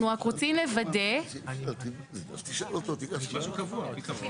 אנחנו רק רוצים לוודא --- פתרון קבוע.